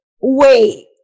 wait